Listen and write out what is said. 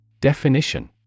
Definition